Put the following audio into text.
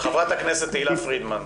ח"כ תהלה פרידמן.